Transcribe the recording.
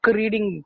reading